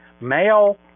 male